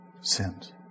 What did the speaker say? sins